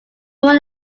more